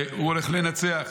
שהוא הולך לנצח.